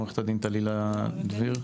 עו"ד טלילה דביר,